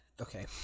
Okay